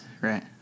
right